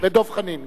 ודב חנין גם.